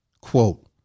quote